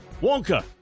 Wonka